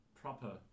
proper